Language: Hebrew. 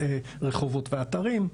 ועדת רחובות ואתרים,